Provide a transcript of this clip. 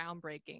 groundbreaking